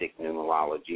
numerology